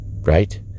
Right